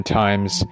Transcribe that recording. times